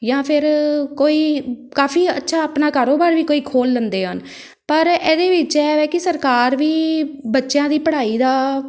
ਜਾਂ ਫਿਰ ਕੋਈ ਕਾਫੀ ਅੱਛਾ ਆਪਣਾ ਕਾਰੋਬਾਰ ਵੀ ਕੋਈ ਖੋਲ੍ਹ ਲੈਂਦੇ ਹਨ ਪਰ ਇਹਦੇ ਵਿੱਚ ਇਹ ਹੈ ਕਿ ਸਰਕਾਰ ਵੀ ਬੱਚਿਆਂ ਦੀ ਪੜ੍ਹਾਈ ਦਾ